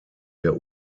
der